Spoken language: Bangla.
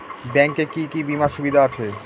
ব্যাংক এ কি কী বীমার সুবিধা আছে?